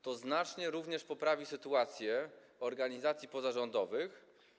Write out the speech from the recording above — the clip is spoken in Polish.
To znacznie poprawi sytuację organizacji pozarządowych.